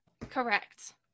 Correct